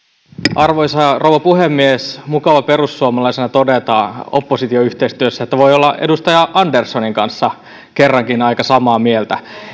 arvoisa rouva puhemies on mukava perussuomalaisena todeta oppositioyhteistyössä että voi olla edustaja anderssonin kanssa kerrankin aika samaa mieltä